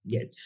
Yes